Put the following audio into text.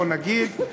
בוא נגיד,